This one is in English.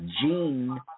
gene